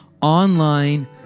online